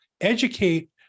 educate